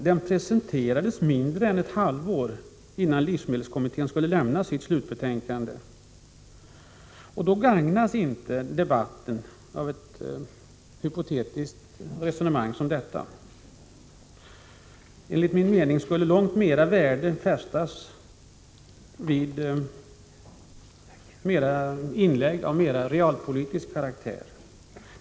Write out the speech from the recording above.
Den presenterades mindre än ett halvår innan livsmedelskommittén skulle lämna sitt slutbetänkande. Debatten gagnas inte av sådana hypotetiska resonemang som finns i denna bok. Enligt min mening skulle långt större värde fästas vid inlägg av mera realpolitisk karaktär.